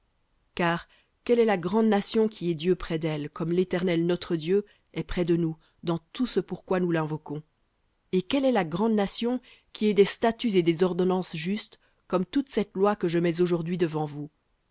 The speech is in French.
car quelle est la grande nation qui ait dieu près d'elle comme l'éternel notre dieu dans tout ce pour quoi nous linvoquons et quelle est la grande nation qui ait des statuts et des ordonnances justes comme toute cette loi que je mets aujourd'hui devant vous